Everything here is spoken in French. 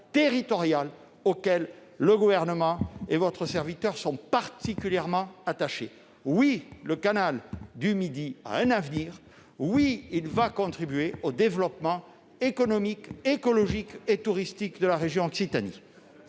territorial auquel le Gouvernement et votre serviteur sont particulièrement attachés. Oui, le canal du Midi a un avenir ; oui, il contribuera au développement économique, écologique et touristique de la région Occitanie